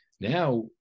Now